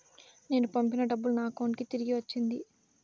నేను పంపిన డబ్బులు నా అకౌంటు కి తిరిగి వచ్చింది